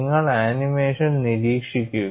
നിങ്ങൾ ആനിമേഷൻ നിരീക്ഷിക്കുക